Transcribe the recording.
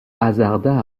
hasarda